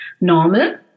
normal